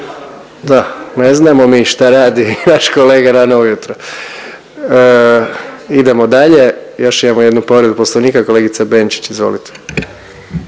da, ne znamo mi šta radi naš kolega rano ujutro. Idemo dalje, još imamo jednu povredu Poslovnika, kolegica Benčić izvolite.